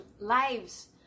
lives